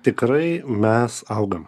tikrai mes augam